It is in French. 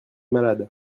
malade